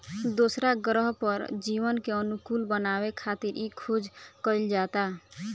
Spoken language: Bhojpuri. दोसरा ग्रह पर जीवन के अनुकूल बनावे खातिर इ खोज कईल जाता